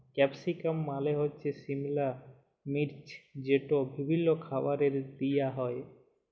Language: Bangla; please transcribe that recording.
ক্যাপসিকাম মালে সিমলা মির্চ যেট বিভিল্ল্য খাবারে দিঁয়া হ্যয়